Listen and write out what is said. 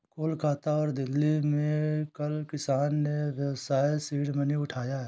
कोलकाता और दिल्ली में कल किसान ने व्यवसाय सीड मनी उठाया है